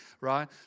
right